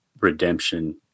redemption